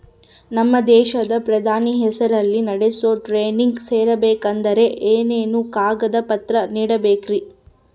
ನಮ್ಮ ದೇಶದ ಪ್ರಧಾನಿ ಹೆಸರಲ್ಲಿ ನಡೆಸೋ ಟ್ರೈನಿಂಗ್ ಸೇರಬೇಕಂದರೆ ಏನೇನು ಕಾಗದ ಪತ್ರ ನೇಡಬೇಕ್ರಿ?